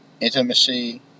intimacy